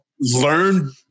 learn